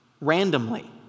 randomly